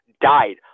died